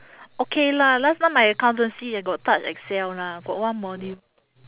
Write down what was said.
okay lah last time my accountancy I got touch Excel lah got one module